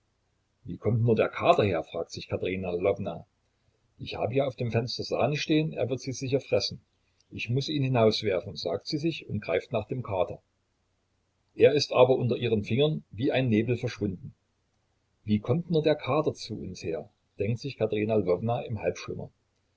wie kommt nur der kater her fragt sich katerina lwowna ich habe hier auf dem fenster sahne stehen er wird sie sicher fressen ich muß ihn hinauswerfen sagt sie sich und greift nach dem kater er ist aber unter ihren fingern wie ein nebel verschwunden wie kommt nur der kater zu uns her denkt sich katerina lwowna im